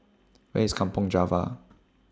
Where IS Kampong Java